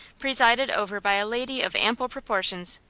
presided over by a lady of ample proportions,